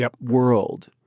world –